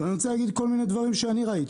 ואני רוצה להגיד כל מיני דברים שאני ראיתי.